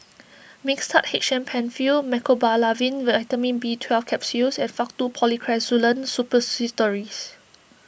Mixtard H M Penfill Mecobalamin Vitamin B Twelve Capsules and Faktu Policresulen Suppositories